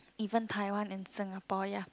even Taiwan and Singapore ya